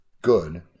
good